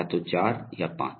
या तो 4 या 5